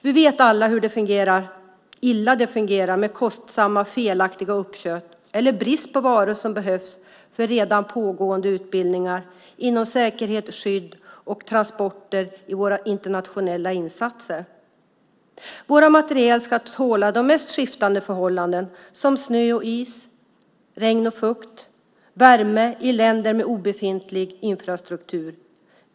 Vi vet alla hur illa det fungerar med kostsamma felaktiga uppköp eller brist på varor som behövs för redan pågående utbildningar inom säkerhet, skydd och transporter i våra internationella insatser. Våra materiel ska tåla de mest skiftande förhållanden, till exempel snö och is, regn och fukt samt värme i länder med obefintlig infrastruktur.